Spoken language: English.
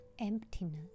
emptiness